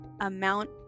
amount